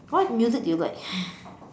what music do you like